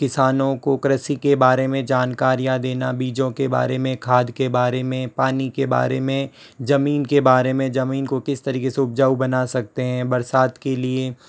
किसानों को क्रसि के बारे में जानकारीयाँ देना बीजों के बारे में खाद का बारे में पानी के बारे में ज़मीन के बारे में ज़मीन को किस तरीके से उपजाऊ बना सकते हैं बरसात के लिए